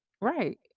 right